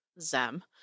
Zem